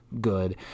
good